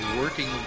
working